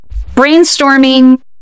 brainstorming